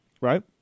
right